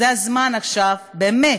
זה הזמן עכשיו, באמת,